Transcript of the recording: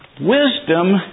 wisdom